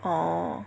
oh